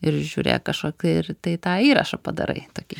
ir žiūrėk kažkokį ir tai tą įrašą padarai tokį